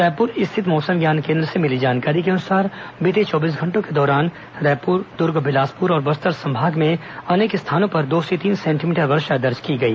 रायपुर स्थित मौसम विज्ञान केंद्र से मिली जानकारी के अनुसार बीते चौबीस घंटों के दौरान रायपुर दुर्ग बिलासपुर और बस्तर संभाग में अनेक स्थानों पर दो से तीन सेंटीमीटर वर्षा दर्ज की गई